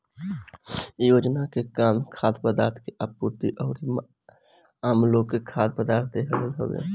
इ योजना के काम खाद्य पदार्थ के आपूर्ति अउरी आमलोग के खाद्य पदार्थ देहल हवे